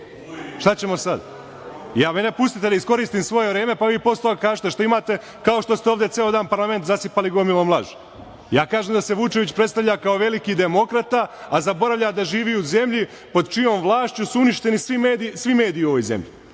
šta ćemo sad? Mene pustite da iskoristim svoje vreme, pa vi posle toga kažite šta imate kao što ste ovde ceo dan parlament zasipali gomilom laži. Ja kažem da se Vučević predstavlja kao veliki demokrata, a zaboravlja da živi u zemlji pod čijom vlašću su uništeni svi mediji u ovoj zemlji.